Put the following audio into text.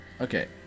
Okay